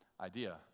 idea